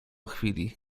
chwili